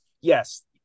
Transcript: yes